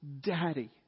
daddy